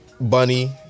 Bunny